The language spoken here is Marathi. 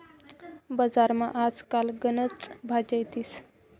बजारमा आज काल गनच भाज्या येतीस